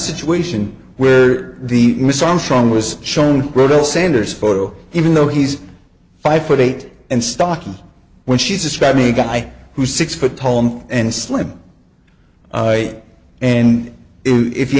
situation where the miss armstrong was shown brutal sanders photo even though he's five foot eight and stockings when she's describing a guy who's six foot tall and slim and if you